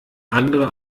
andere